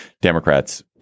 democrats